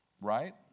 Right